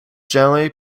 generally